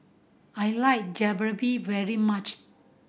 I like Jalebi very much